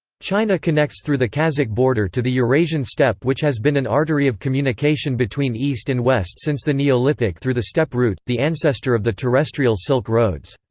china connects through the kazakh border to the eurasian steppe which has been an artery of communication between east and west since the neolithic through the steppe route the ancestor of the terrestrial silk road